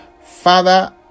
father